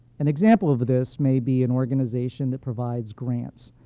an example of this may be an organization that provides grants.